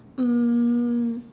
um